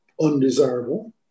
undesirable